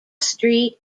street